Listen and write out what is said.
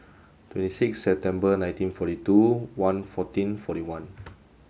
twenty six September nineteen forty two one fourteen forty one